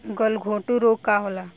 गलघोंटु रोग का होला?